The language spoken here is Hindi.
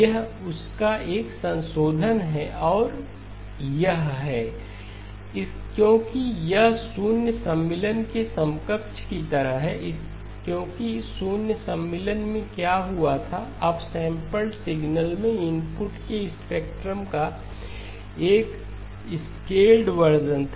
यह उस का एक संशोधन है और यह है X1k −∞k∞X1Z k XDX1Z1M क्योंकि यह शून्य सम्मिलन के समकक्ष की तरह है क्योंकि शून्य सम्मिलन में क्या हुआ था अपसैंपल्ड सिग्नल में इनपुट के स्पेक्ट्रम का एक स्केल्ड वर्शन था